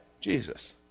Jesus